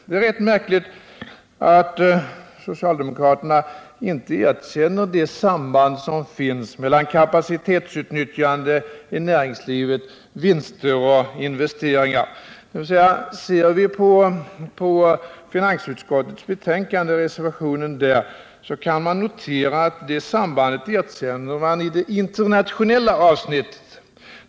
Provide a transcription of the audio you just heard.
Det är rätt märkligt att socialdemokraterna inte erkänner det samband som finns mellan kapacitetsutnyttjande i näringslivet, vinster och investeringar. När vi läser reservationerna till finansutskottets betänkande kan vi notera att socialdemokraterna erkänner det sambandet i det internationella avsnittet.